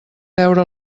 veure